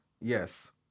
Yes